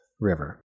river